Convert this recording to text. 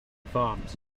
farms